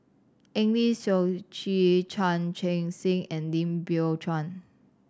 Eng Lee Seok Chee Chan Chun Sing and Lim Biow Chuan